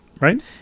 right